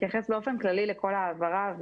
אתייחס באופן כללי לכל ההעברה,